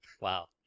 Wow